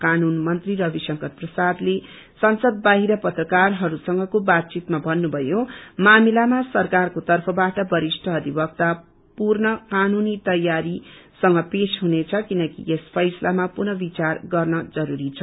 कानून मन्त्री रविशंकर प्रसादले संसद बाहिर पत्रकारहरूसँगको बातचीतमा भन्नुभयो मामिलामा सरकारको तर्फबाअ बरिष्ठ अधिवक्ता पूर्ण कानूनी तयारी सँग पेश हुनेछ किनकि यस फैसलामा पुनः विचार गर्न जरूरी छ